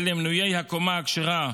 ולמנויי הקומה הכשרה,